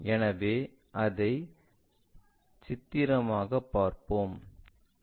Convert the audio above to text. எனவே அதை சித்திரமாக பார்ப்போம்